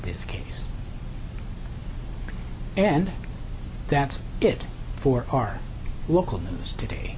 this case and that's good for our local news today